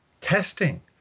Testing